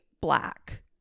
black